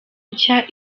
nshya